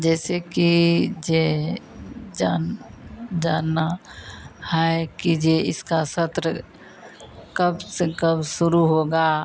जैसे कि जो जान जानना है कि जो इसका सत्र कब से कब शुरू होगा